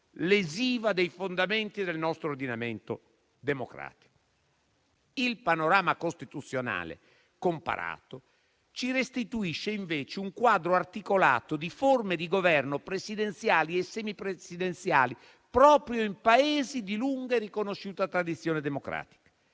lesiva dei fondamenti del nostro ordinamento democratico. Il panorama costituzionale comparato ci restituisce invece un quadro articolato di forme di governo presidenziali e semipresidenziali proprio in Paesi di lunga e riconosciuta tradizione democratica.